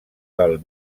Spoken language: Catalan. del